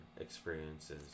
experiences